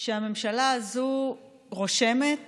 שהממשלה הזו רושמת